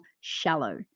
shallow